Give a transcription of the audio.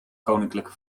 koninklijke